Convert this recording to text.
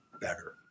better